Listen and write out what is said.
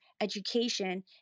education